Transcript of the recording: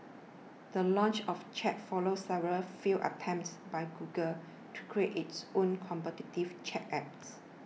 the launch of Chat follows several failed attempts by Google to create its own competitive chat app